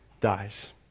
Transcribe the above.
dies